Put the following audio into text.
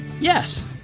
Yes